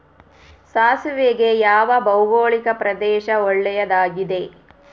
ಸಾಸಿವೆಗೆ ಯಾವ ಭೌಗೋಳಿಕ ಪ್ರದೇಶ ಒಳ್ಳೆಯದಾಗಿದೆ?